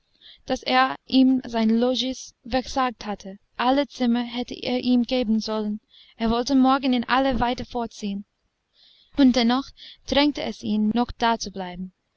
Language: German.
daß er ihm sein logis versagt hatte alle zimmer hätte er ihm geben sollen er wollte morgen in alle weite fortziehen und dennoch drängte es ihn noch